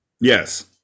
Yes